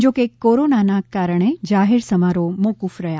જો કે કોરોનાના કારણે જાહેર સમારોહ મોક્રફ રહ્યા